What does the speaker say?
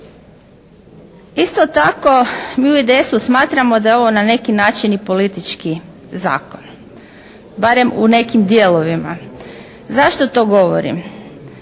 Isto tako, mi u IDS-u smatramo da je ovo na neki način i politički zakon, barem u nekim dijelovima. Zašto to govorim?